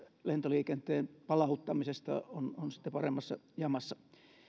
lentoliikenteen palauttamisesta on sitten paremmassa jamassa